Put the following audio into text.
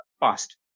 past